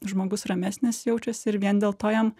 žmogus ramesnis jaučiasi ir vien dėl to jam